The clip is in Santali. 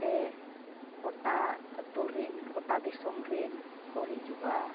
ᱛᱮ ᱜᱚᱴᱟ ᱟᱛᱳᱨᱮᱱ ᱜᱚᱴᱟ ᱫᱤᱥᱚᱢ ᱨᱮᱱ ᱠᱚ ᱦᱤᱡᱩᱜᱼᱟ